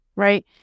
Right